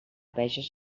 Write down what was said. veges